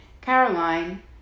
Caroline